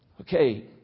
Okay